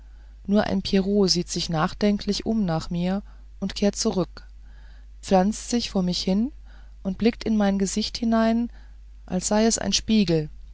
nur ein pierrot sieht sich nachdenklich um nach mir und kehrt zurück pflanzt sich vor mich hin und blickt in mein gesicht hinein als sei es ein spiegel